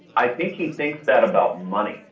i think he thinks that about money.